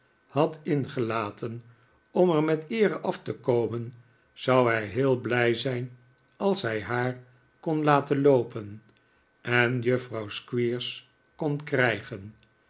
had ingelaten om'er met eere af te komen zou hij heel blij zijn als hij haar kon laten loopen en juffrouw squeers kon krijgen